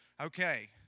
Okay